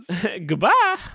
Goodbye